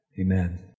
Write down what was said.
Amen